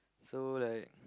so like